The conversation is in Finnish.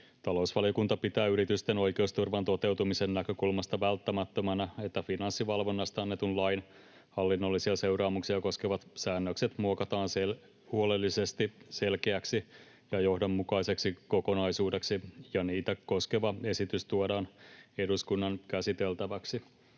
Talousvaliokunta pitää yritysten oikeusturvan toteutumisen näkökulmasta välttämättömänä, että Finanssivalvonnasta annetun lain hallinnollisia seuraamuksia koskevat säännökset muokataan huolellisesti selkeäksi ja johdonmukaiseksi kokonaisuudeksi ja niitä koskeva esitys tuodaan eduskunnan käsiteltäväksi.